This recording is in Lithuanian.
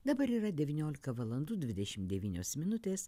dabar yra devyniolika valandų dvidešim devynios minutės